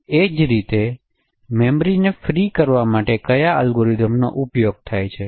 એ જ રીતે મેમરીને ફ્રી કરવા માટે કયા અલ્ગોરિધમ્સનો ઉપયોગ થાય છે